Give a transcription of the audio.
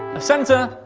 a center,